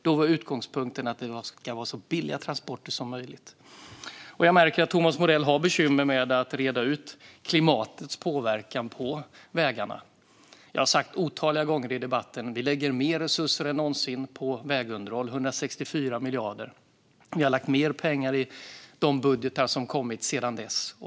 Då var utgångspunkten att det skulle vara så billiga transporter som möjligt. Jag märker att Thomas Morell har bekymmer med att reda ut klimatets påverkan på vägarna. Jag har sagt otaliga gånger i debatten att vi lägger mer resurser än någonsin på vägunderhåll - 164 miljarder. Vi har lagt mer pengar i de budgetar som har kommit sedan dess.